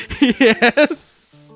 Yes